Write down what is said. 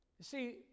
see